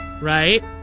Right